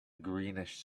greenish